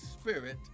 spirit